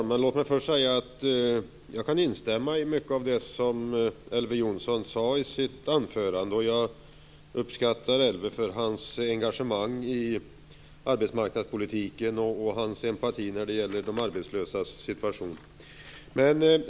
Fru talman! Jag kan instämma i mycket av det som Elver Jonsson sade i sitt anförande. Jag uppskattar Elver för hans engagemang i arbetsmarknadspolitiken och hans empati när det gäller de arbetslösas situation.